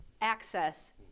access